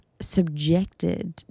subjected